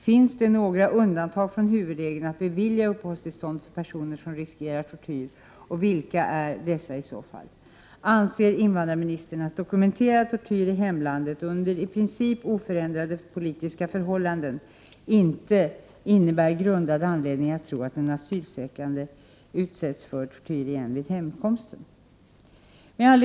Finns det några undantag från huvudregeln att bevilja uppehållstillstånd för personer som riskerar tortyr, och vilka är dessa i så fall? Anser invandrarministern att dokumenterad tortyr i hemlandet, under i princip oförändrade politiska förhållanden, inte innebär grundad anledning att tro att den asylsökande utsätts för tortyr igen vid hemkomsten?